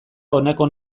honako